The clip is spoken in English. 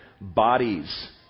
bodies